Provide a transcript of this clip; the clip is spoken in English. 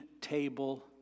table